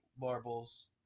marbles